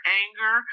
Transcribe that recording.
anger